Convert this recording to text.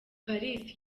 paris